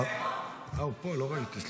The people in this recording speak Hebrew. אה, הוא פה, לא ראיתי.